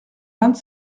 vingt